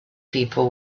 people